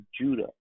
Judah